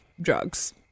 Drugs